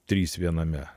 trys viename